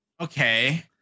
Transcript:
okay